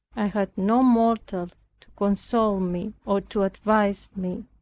i had no mortal to console me, or to advise me.